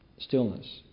Stillness